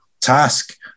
task